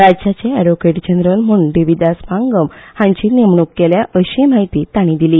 राज्याचे advocate general म्हण देविदास पांगम हांची नेमणूक केल्या अशीय म्हायती तांणी दिली